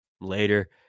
later